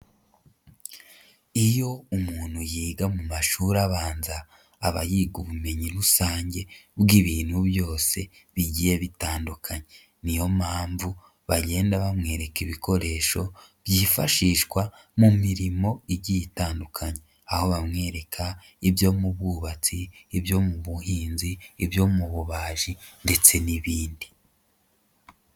Iyo umuntu yiga mu mashuri abanza aba yiga ubumenyi rusange bw'ibintu byose bigiye bitandukanye. Niyo mpamvu bagenda bamwereka ibikoresho byifashishwa mu mirimo igiye itandukanye, aho bamwereka ibyo mu bwubatsi, ibyo mu buhinzi, ibyo mu bubaji ndetse n'ibindi.